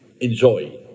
Enjoy